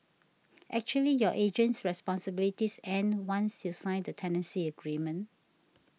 actually your agent's responsibilities end once you sign the tenancy agreement